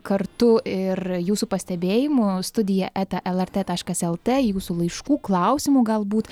kartu ir jūsų pastebėjimų studija eta lrt taškas lt jūsų laiškų klausimų galbūt